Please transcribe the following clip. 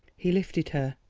he lifted her,